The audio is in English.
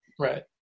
Right